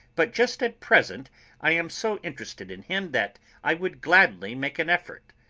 but just at present i am so interested in him that i would gladly make an effort.